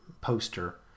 poster